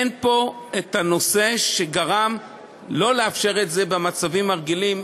אין פה הנושא שגרם שלא לאפשר את זה במצבים הרגילים.